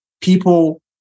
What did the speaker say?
people